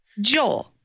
Joel